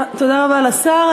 תודה רבה לשר.